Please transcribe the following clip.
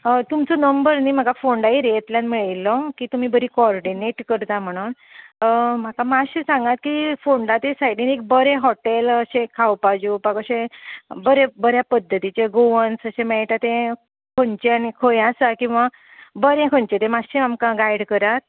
हय तुमचो नंबर न्हय म्हाका फोंडा एरियेंतल्यान मेळिल्लो की तुमी बरी कॉर्डिनेट करता म्हणून म्हाका मातशें सांगा की फोंडा ते सायडीन एक बरें हॉटेल अशें खावपा जेवपाक अशें बऱ्या पद्धतीचें गोवन्स अशें मेळटा तें खंयचें आनी खंय आसा किंवा बरें खंयचें तें बरें आसा तें मातशें आमकां गायड करात